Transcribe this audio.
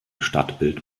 stadtbild